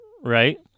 right